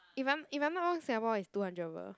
if I'm if I'm not wrong Singapore is two hundred over